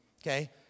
okay